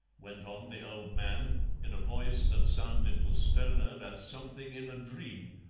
went on the old man, in a voice that sounded to stoner as something in a dream,